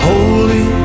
Holy